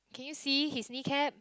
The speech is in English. can you see his kneecap